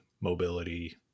mobility